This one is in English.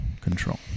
control